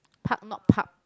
part not park